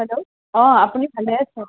hello অঁ আপুনি ভালে আছে